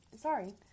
Sorry